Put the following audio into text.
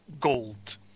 gold